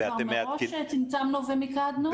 מראש צמצמנו ומיקדנו.